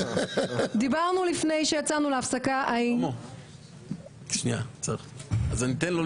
דיברנו לפני שיצאנו להפסקה ההיא כדי לגבש